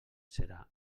serà